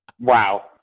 wow